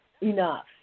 enough